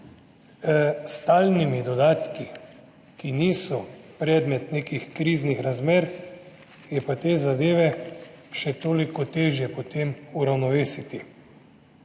stalnimi dodatki, ki niso predmet nekih kriznih razmer, je pa te zadeve še toliko težje potem uravnovesiti.